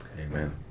Amen